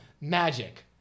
Magic